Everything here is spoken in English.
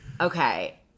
Okay